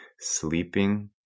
sleeping